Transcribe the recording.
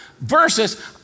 versus